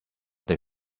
they